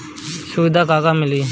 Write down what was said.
सुविधा का का मिली?